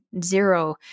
zero